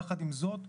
יחד עם זאת,